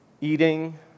eating